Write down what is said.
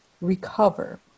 recover